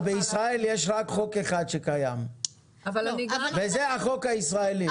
בישראל יש רק חוק אחד שקיים, וזה החוק הישראלי.